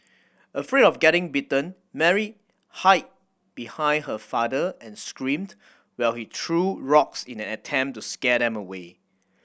afraid of getting bitten Mary hide behind her father and screamed while he threw rocks in an attempt to scare them away